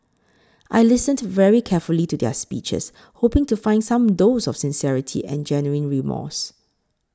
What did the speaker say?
I listened very carefully to their speeches hoping to find some dose of sincerity and genuine remorse